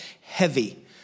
heavy